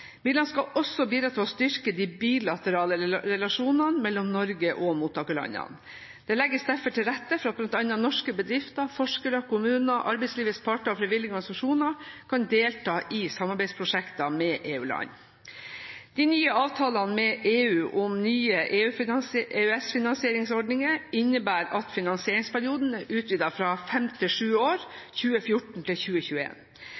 Midlene skal også bidra til å styrke de bilaterale relasjonene mellom Norge og mottakerlandene. Det legges derfor til rette for at bl.a. norske bedrifter, forskere, kommuner, arbeidslivets parter og frivillige organisasjoner kan delta i samarbeidsprosjekter med EU-land. De nye avtalene med EU om nye EØS-finansieringsordninger innebærer at finansieringsperioden er utvidet fra fem til sju